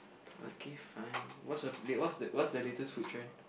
okay fine what's the late what's the what's the latest food trend